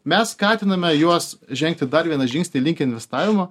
mes skatiname juos žengti dar vieną žingsnį link investavimo